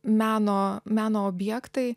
meno meno objektai